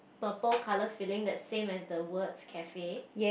purple colour filling that's same as the word cafe